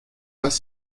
pas